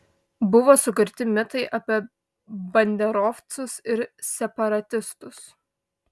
buvo sukurti mitai apie banderovcus ir separatistus